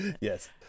Yes